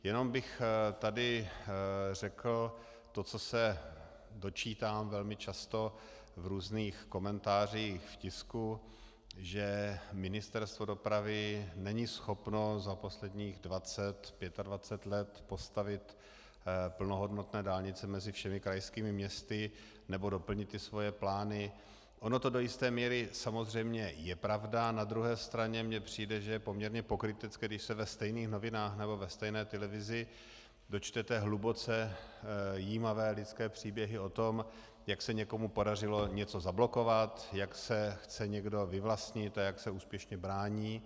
Jenom bych tady řekl, to, co se dočítám velmi často v různých komentářích v tisku, že Ministerstvo dopravy není schopno za posledních dvacet, pětadvacet let postavit plnohodnotné dálnice mezi všemi krajskými městy nebo doplnit ty svoje plány ono to do jisté míry samozřejmě je pravda, na druhé straně mi přijde, že je poměrně pokrytecké, když se ve stejných novinách nebo ve stejné televizi dočtete hluboce jímavé lidské příběhy o tom, jak se někomu podařilo něco zablokovat, jak se chce někdo vyvlastnit a jak se úspěšně brání.